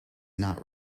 not